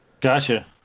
Gotcha